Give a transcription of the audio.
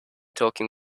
talking